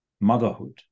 motherhood